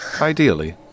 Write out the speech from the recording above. Ideally